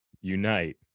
unite